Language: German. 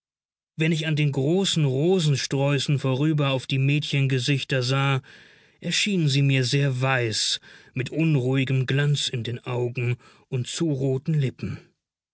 wenn ich an den großen rosensträußen vorüber auf die mädchengesichter sah erschienen sie mir sehr weiß mit unruhigem glanz in den augen und zu roten lippen